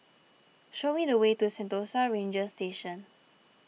show me the way to Sentosa Ranger Station